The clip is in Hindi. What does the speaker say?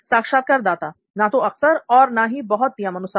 साक्षात्कारदाता ना तो अक्सर और ना ही बहुत नियमानुसार